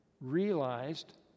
realized